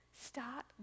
Start